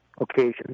occasions